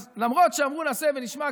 אז למרות שאמרו נעשה ונשמע,